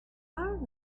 are